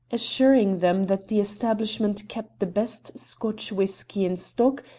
assuring them that the establishment kept the best scotch whisky in stock,